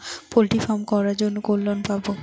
Poultry farm করার জন্য কোন লোন পাব?